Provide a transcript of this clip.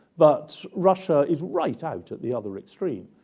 but russia is right out at the other extreme,